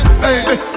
Baby